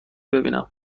ببینم